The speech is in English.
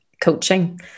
coaching